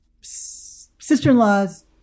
sister-in-law's